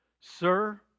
Sir